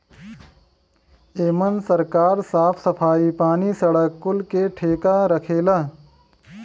एमन सरकार साफ सफाई, पानी, सड़क कुल के ठेका रखेला